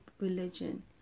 religion